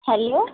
hello